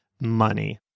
money